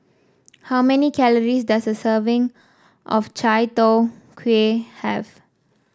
how many calories does a serving of Chai Tow Kway have